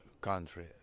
country